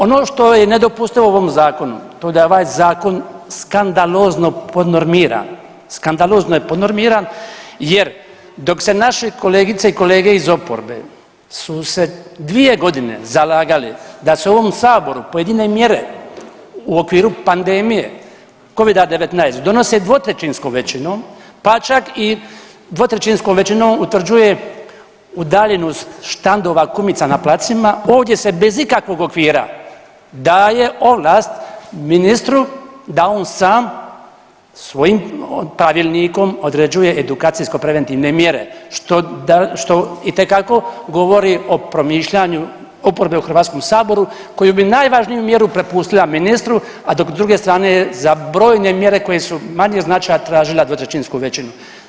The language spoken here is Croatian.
Ono što je nedopustivo u ovom zakonu to je da je ovaj zakon skandalozno podnormiran, skandalozno je podnormiran jer dok se naši kolegice i kolege iz oporbe su se 2.g. zalagali da se u ovom saboru pojedine mjere u okviru pandemije covida-19 donose dvotrećinskom većinom, pa čak i dvotrećinskom većinom utvrđuje udaljenost štandova kumica na placovima, ovdje se bez ikakvog okvira daje ovlast ministru da on sam svojim pravilnikom određuje edukacijsko preventivne mjere što itekako govori o promišljanju oporbe u HS koji bi najvažniju mjeru prepustili ministru, a dok s druge strane za brojne mjere koje su od manjeg značaja tražila dvotrećinsku većinu.